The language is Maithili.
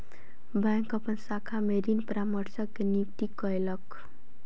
बैंक अपन शाखा में ऋण परामर्शक के नियुक्ति कयलक